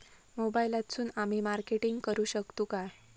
मोबाईलातसून आमी मार्केटिंग करूक शकतू काय?